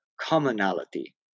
commonality